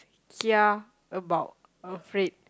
kia about afraid